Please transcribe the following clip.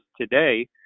today